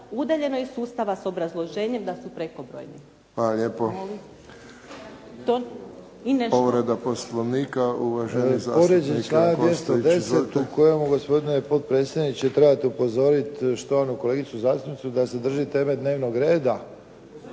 udaljeno iz sustava s obrazloženjem da su prekobrojni.